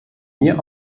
mir